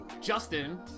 Justin